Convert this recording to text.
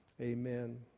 Amen